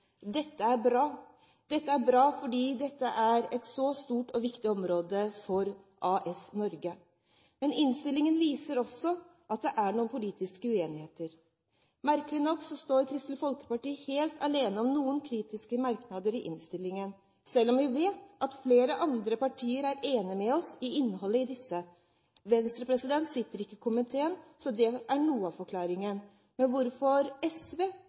er bra. Det er bra fordi dette er et så stort og viktig område for AS Norge. Men innstillingen viser også at det er noen politiske uenigheter. Merkelig nok står Kristelig Folkeparti helt alene om noen kritiske merknader i innstillingen, selv om vi vet at flere andre partier er enig med oss i innholdet i disse. Venstre sitter ikke i komiteen, så det er noe av forklaringen. Men hvorfor SV